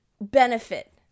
benefit